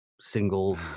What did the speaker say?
single